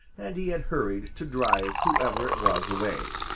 and he had hurried to drive whoever it was away.